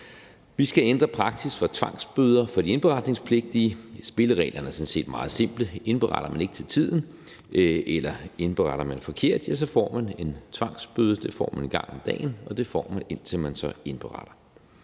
Vi skal ændre praksis for tvangsbøder for de indberetningspligtige. Spillereglerne er sådan set meget simple: Indberetter man ikke til tiden, eller indberetter man forkert, får man en tvangsbøde. Det får man en gang om dagen, og det får man, indtil man så indberetter.